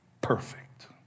perfect